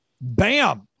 Bam